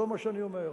זה מה שאני אומר.